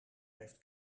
heeft